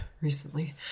recently